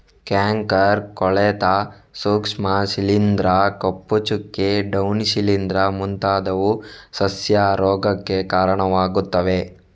canker, ಕೊಳೆತ ಸೂಕ್ಷ್ಮ ಶಿಲೀಂಧ್ರ, ಕಪ್ಪು ಚುಕ್ಕೆ, ಡೌನಿ ಶಿಲೀಂಧ್ರ ಮುಂತಾದವು ಸಸ್ಯ ರೋಗಕ್ಕೆ ಕಾರಣವಾಗುತ್ತವೆ